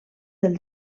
del